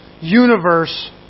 universe